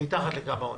מתחת לקו העוני.